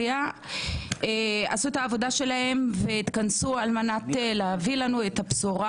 שעשו את העבודה שלהם והתכנסו על מנת להביא לנו את הבשורה.